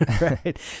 Right